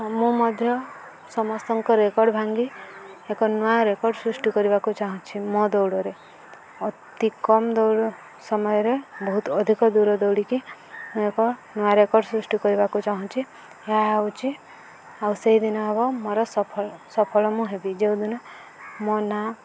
ମୁଁ ମଧ୍ୟ ସମସ୍ତଙ୍କ ରେକର୍ଡ୍ ଭାଙ୍ଗି ଏକ ନୂଆ ରେକର୍ଡ୍ ସୃଷ୍ଟି କରିବାକୁ ଚାହୁଁଛି ମୋ ଦୌଡ଼ରେ ଅତି କମ ଦୌଡ଼ ସମୟରେ ବହୁତ ଅଧିକ ଦୂର ଦୌଡ଼ିକି ମୁଁ ଏକ ନୂଆ ରେକର୍ଡ୍ ସୃଷ୍ଟି କରିବାକୁ ଚାହୁଁଛି ଏହା ହେଉଛି ଆଉ ସେଇଦିନ ହେବ ମୋର ସଫଳ ସଫଳ ମୁଁ ହେବି ଯୋଉଦିନ ମୋ ନାଁ